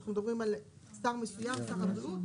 אנחנו מדברים על שר מסוים, שר הבריאות,